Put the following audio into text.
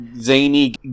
zany